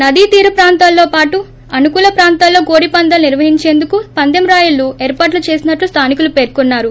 నదీ తీరప్రాంతాలతో పాటు అనుకూల ప్రాంతాల్లో కోడిపందేలను నిర్వహించేందుకు పందెంరాయుళ్లు ఏర్పాట్లు చేసినట్లు స్తానికులు పెర్కున్నారు